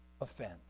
offense